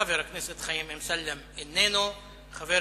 חבר הכנסת חיים אמסלם, אינו נוכח.